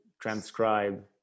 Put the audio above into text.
transcribe